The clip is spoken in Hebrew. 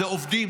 זה עובדים,